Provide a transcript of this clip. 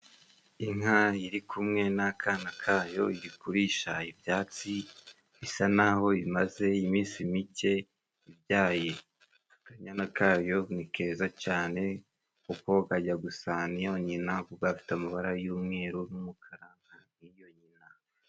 Inka iri kumwe n'akana ka yo iri kuririsha ibyatsi, bisa n'aho imaze iminsi mike ibyaye. Akanyana kayo ni keza cane, kuko kajya gusa n'iyo nyina, kuko gafite amabara y'umweru n'umukara nk'iyo nyina.